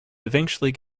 eventually